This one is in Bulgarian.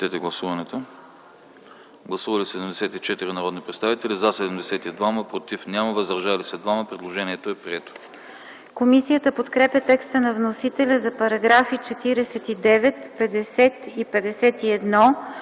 Комисията подкрепя текста на вносителя за параграфи 76, 77, 78,